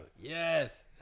Yes